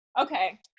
Okay